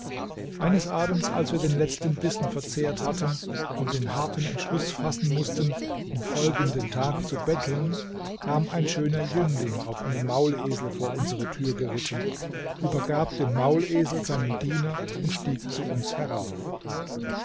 eines abends als wir den letzten bissen verzehrt hatten und den harten entschluß fassen mußten am folgenden tag zu betteln kam ein schöner jüngling auf einem maulesel vor unsere tür geritten übergab den maulesel seinem diener und stieg zu uns herauf